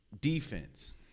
defense